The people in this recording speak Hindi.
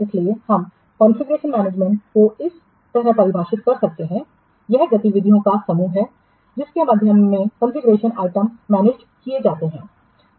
इसलिए हम कॉन्फ़िगरेशनमैनेजमेंट को इस तरह परिभाषित कर सकते हैं यह गतिविधियों का समूह है जिसके माध्यम से कॉन्फ़िगरेशन आइटम मैनेजड किए जाते हैं